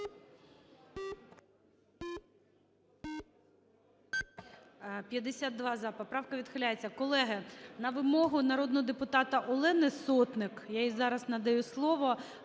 За-52 Поправка відхиляється. Колеги, на вимогу народного депутата Олени Сотник, я їй зараз надаю слово,